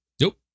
Nope